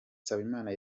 nsabimana